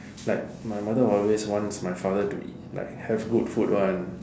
like my mother always wants my father to eat have good food one